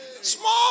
Small